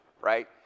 right